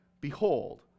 behold